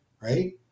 Right